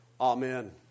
Amen